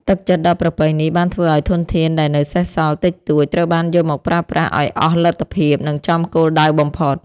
ទឹកចិត្តដ៏ប្រពៃនេះ បានធ្វើឱ្យធនធានដែលនៅសេសសល់តិចតួច ត្រូវបានយកមកប្រើប្រាស់ឱ្យអស់លទ្ធភាព និងចំគោលដៅបំផុត។